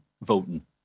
voting